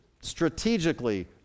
strategically